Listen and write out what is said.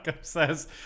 says